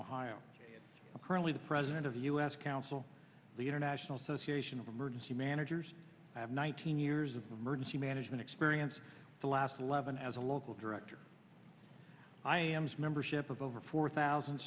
i'm currently the president of the u s council the international says haitian emergency managers have nineteen years of emergency management experience the last eleven as a local director i ams membership of over four thousand